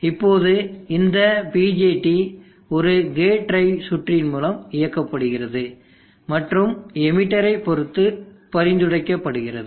இப்போது இந்த BJT ஒரு கேட் டிரைவ் சுற்றின் மூலம் இயக்கப்படுகிறது மற்றும் எமீட்டரை பொறுத்து பரிந்துரைக்கப்படுகிறது